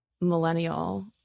millennial